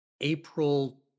April